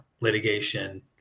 litigation